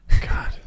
God